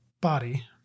body